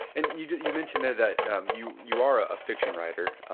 and you you mentioned there that um you you are a fiction writer,